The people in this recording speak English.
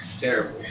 terrible